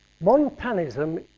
Montanism